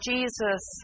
Jesus